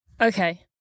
okay